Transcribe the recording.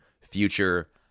future